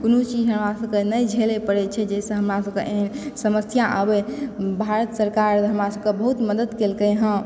कोनो चीज हमरा सब के नहि झेलय पड़ै छै जाहिसॅं हमरा सबके समस्या आबय भारत सरकार हमरा सबके बहुत मदद केलकै हऽ